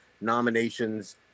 nominations